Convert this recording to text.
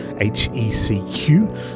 H-E-C-Q